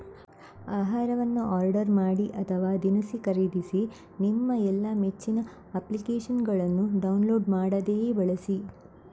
ಆಹಾರವನ್ನು ಆರ್ಡರ್ ಮಾಡಿ ಅಥವಾ ದಿನಸಿ ಖರೀದಿಸಿ ನಿಮ್ಮ ಎಲ್ಲಾ ಮೆಚ್ಚಿನ ಅಪ್ಲಿಕೇಶನ್ನುಗಳನ್ನು ಡೌನ್ಲೋಡ್ ಮಾಡದೆಯೇ ಬಳಸಿ